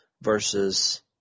versus –